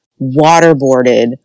waterboarded